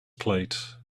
plate